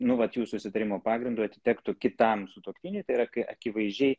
nu vat jų susitarimo pagrindu atitektų kitam sutuoktiniui tai yra kai akivaizdžiai